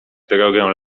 drogę